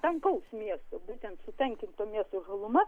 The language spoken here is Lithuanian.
tankaus miesto būtent sutankinto miesto žaluma